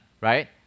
right